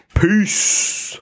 Peace